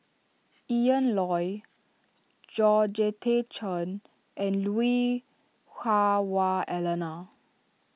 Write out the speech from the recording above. Ian Loy Georgette Chen and Lui Hah Wah Elena